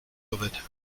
covered